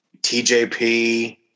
TJP